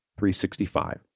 365